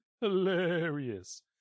Hilarious